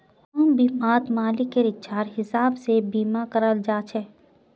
home बीमात मालिकेर इच्छार हिसाब से बीमा कराल जा छे